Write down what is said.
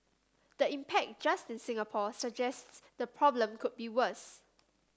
the impact just in Singapore suggests the problem could be worse